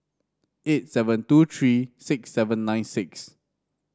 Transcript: eight seven two three six seven nine six